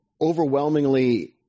overwhelmingly